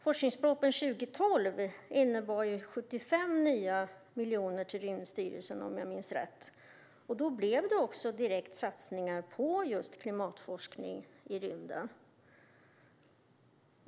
Forskningspropositionen från 2012 innebar 75 nya miljoner till Rymdstyrelsen, om jag minns rätt. Då blev det också direkt satsningar på klimatforskning i rymden.